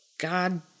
God